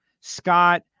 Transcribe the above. Scott